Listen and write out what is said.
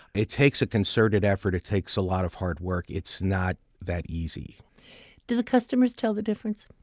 it takes a concerted effort. it takes a lot of hard work. it's not that easy do the customers tell the difference?